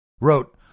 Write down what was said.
wrote